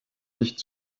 nicht